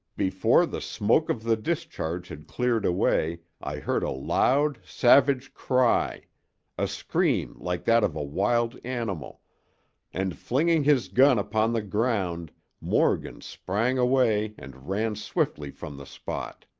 before the smoke of the discharge had cleared away i heard a loud savage cry a scream like that of a wild animal and flinging his gun upon the ground morgan sprang away and ran swiftly from the spot.